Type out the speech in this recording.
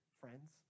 friends